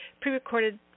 pre-recorded